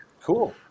Cool